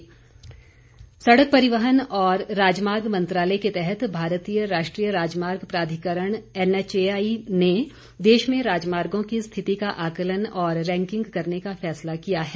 NHAI सड़क परिवहन और राजमार्ग मंत्रालय के तहत भारतीय राष्ट्रीय राजमार्ग प्राधिकरण एनएचएआई ने देश में राजमार्गों की स्थिति का आकलन और रैंकिंग करने का फैसला किया है